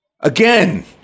Again